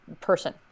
person